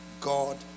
God